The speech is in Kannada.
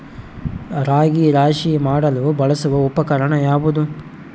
ರಾಗಿ ರಾಶಿ ಮಾಡಲು ಬಳಸುವ ಉಪಕರಣ ಯಾವುದು?